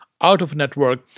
out-of-network